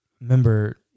remember